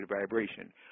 vibration